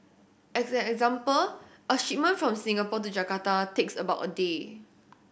as an example a shipment from Singapore to Jakarta takes about a day